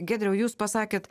giedriau jūs pasakėt